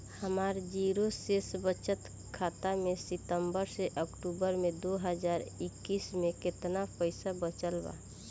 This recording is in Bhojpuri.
हमार जीरो शेष बचत खाता में सितंबर से अक्तूबर में दो हज़ार इक्कीस में केतना पइसा बचल बा?